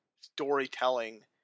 storytelling